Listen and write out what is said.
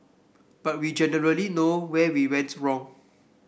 but we generally know where we went wrong